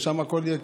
ושם הכול יהיה,